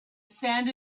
sand